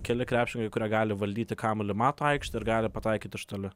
keli krepšininkai kurie gali valdyti kamuolį mato aikštę ir gali pataikyti iš toli